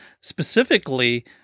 specifically